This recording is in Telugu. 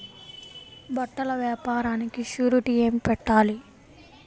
బట్టల వ్యాపారానికి షూరిటీ ఏమి పెట్టాలి?